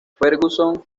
ferguson